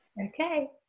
Okay